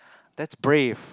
that's brave